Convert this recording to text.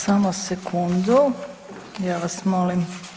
Samo sekundu ja vas molim.